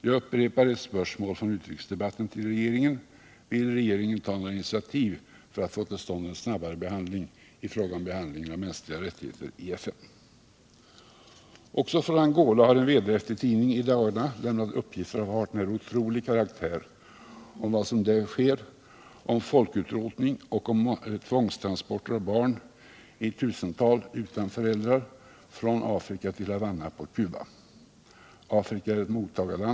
Jag upprepar ett spörsmål från utrikesdebatten till regeringen: Vill regeringen ta några initiativ för att få till stånd en snabbare behandling av frågan om mänskliga rättigheter i FN? Också från Angola har en vederhäftig tidning i dagarna lämnat uppgifter av hart när otrolig karaktär om vad som där sker, om folkutrotning och om tvångstransporter av barn i tusental utan föräldrar från Afrika till Havanna på Cuba.